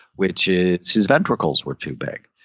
which is his ventricles were too big.